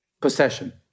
possession